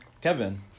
Kevin